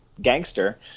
gangster